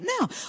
now